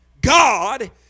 God